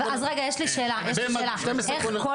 אז יש לי שאלה, איך כל